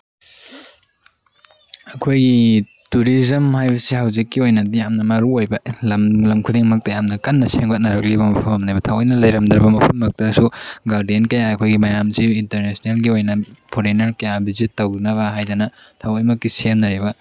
ꯑꯩꯈꯣꯏꯒꯤ ꯇꯨꯔꯤꯖꯝ ꯍꯥꯏꯕꯁꯤ ꯍꯧꯖꯤꯛꯀꯤ ꯑꯣꯏꯅꯗꯤ ꯌꯥꯝꯅ ꯃꯔꯨ ꯑꯣꯏꯕ ꯂꯝ ꯂꯝ ꯈꯨꯗꯤꯡꯃꯛꯇ ꯌꯥꯝꯅ ꯀꯥꯟꯅ ꯁꯦꯝꯒꯠꯅꯔꯛꯂꯤꯕ ꯃꯐꯝ ꯑꯃꯅꯦ ꯊꯑꯣꯏꯅ ꯂꯩꯔꯝꯗꯕ ꯃꯐꯝ ꯃꯛꯇꯁꯨ ꯒꯥꯔꯗꯦꯟ ꯀꯌꯥ ꯑꯩꯈꯣꯏꯒꯤ ꯃꯌꯥꯝꯁꯦ ꯏꯟꯇꯔꯅꯦꯁꯅꯦꯜꯒꯤ ꯑꯣꯏꯅ ꯐꯣꯔꯦꯟꯅꯔ ꯀꯌꯥ ꯚꯤꯖꯤꯠ ꯇꯧꯅꯕ ꯍꯥꯏꯗꯅ ꯊꯑꯣꯏꯃꯛꯀꯤ ꯁꯦꯝꯅꯔꯤꯕ